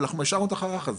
אבל אנחנו השארנו את החרך הזה,